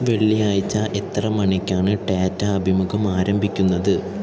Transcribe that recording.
വെള്ളിയാഴ്ച എത്ര മണിക്കാണ് ടാറ്റ അഭിമുഖം ആരംഭിക്കുന്നത്